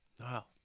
Wow